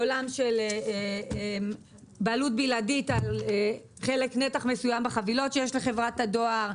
בעולם של בעלות בלעדית על נתח מסוים בחבילות שיש לחברת הדואר.